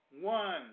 one